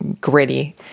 gritty